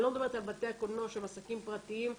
אני לא מדברת על בתי הקולנוע שהם עסקים פרטיים,